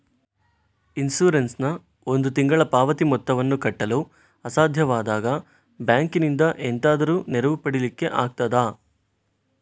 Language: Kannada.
ಇನ್ಸೂರೆನ್ಸ್ ನ ಒಂದು ತಿಂಗಳ ಪಾವತಿ ಮೊತ್ತವನ್ನು ಕಟ್ಟಲು ಅಸಾಧ್ಯವಾದಾಗ ಬ್ಯಾಂಕಿನಿಂದ ಎಂತಾದರೂ ನೆರವು ಪಡಿಲಿಕ್ಕೆ ಆಗ್ತದಾ?